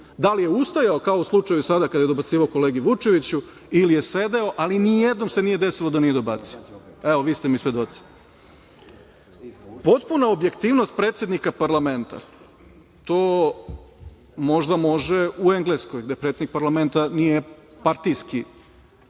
da li je ustajao, kao u slučaju sada kada je dobacivao kolegi Vučeviću ili je sedeo, ali ni jednom se nije desilo da nije dobacio, evo vi ste mi svedoci. Potpuna objektivnost predsednika parlamenta, to možda može u Engleskoj gde predsednik parlamenta nije partijski